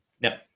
No